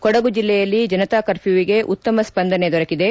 ಕೊಡಗು ಜಿಲ್ಲೆಯಲ್ಲಿ ಜನತಾ ಕರ್ಫ್ಲೂವಿಗೆ ಉತ್ತಮ ಸ್ಪಂದನೆ ದೊರಕಿದೆ